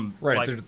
Right